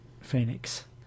Phoenix